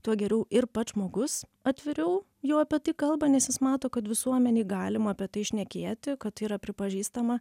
tuo geriau ir pats žmogus atviriau jau apie tai kalba nes jis mato kad visuomenei galima apie tai šnekėti kad tai yra pripažįstama